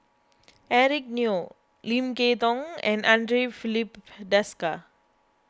Eric Neo Lim Kay Tong and andre Filipe Desker